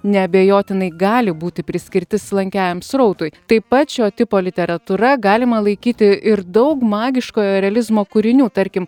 neabejotinai gali būti priskirti slankiajam srautui taip pat šio tipo literatūra galima laikyti ir daug magiškojo realizmo kūrinių tarkim